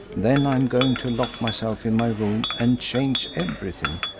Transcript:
then i am going to lock myself in my room and change everything.